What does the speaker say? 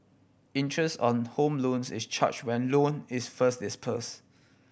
interest on home loans is charge when loan is first disperse